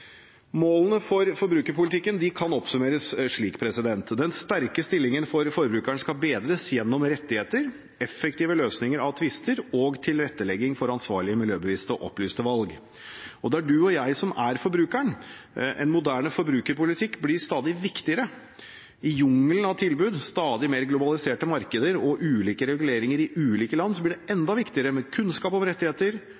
Målene for forbrukerpolitikken kan oppsummeres slik: Den sterke stillingen for forbrukeren skal bedres gjennom rettigheter, effektive løsninger av tvister og tilrettelegging for ansvarlige, miljøbevisste og opplyste valg. Det er du og jeg som er forbrukeren. En moderne forbrukerpolitikk blir stadig viktigere. I jungelen av tilbud, stadig mer globaliserte markeder og ulike reguleringer i ulike land blir det enda viktigere med kunnskap om rettigheter,